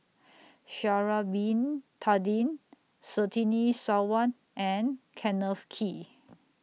Sha'Ari Bin Tadin Surtini Sarwan and Kenneth Kee